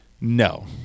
no